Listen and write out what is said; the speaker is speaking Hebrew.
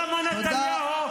למה נתניהו?